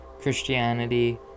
Christianity